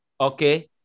okay